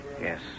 Yes